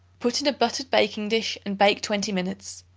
put in a buttered baking-dish and bake twenty minutes.